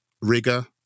rigor